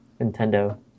Nintendo